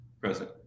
present